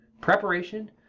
preparation